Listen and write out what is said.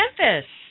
Memphis